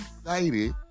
excited